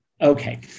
Okay